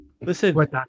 listen